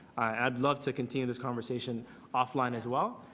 i would love to continue this conversation off line as well.